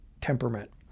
temperament